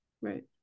Right